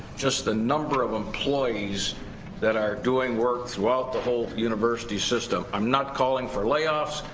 just the number of employees that are doing work throughout the whole university system. i'm not calling for layoffs.